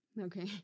Okay